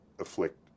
afflict